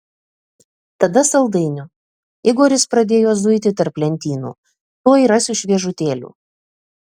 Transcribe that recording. tada saldainių igoris pradėjo zuiti tarp lentynų tuoj rasiu šviežutėlių